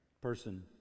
person